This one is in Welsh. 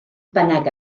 bynnag